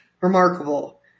remarkable